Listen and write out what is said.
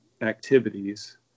activities